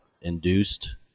induced